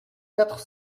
quatre